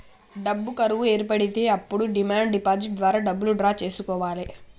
డబ్బు కరువు ఏర్పడితే అప్పుడు డిమాండ్ డిపాజిట్ ద్వారా డబ్బులు డ్రా చేసుకోవాలె